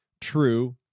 true